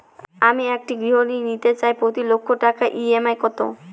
আমি একটি গৃহঋণ নিতে চাই প্রতি লক্ষ টাকার ই.এম.আই কত?